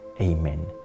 Amen